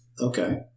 Okay